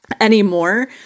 anymore